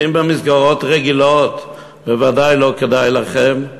ואם במסגרות רגילות, בוודאי לא כדאי לכם,